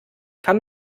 kann